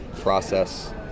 process